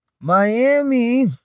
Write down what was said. Miami